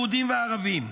יהודים וערבים,